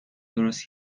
درست